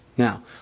Now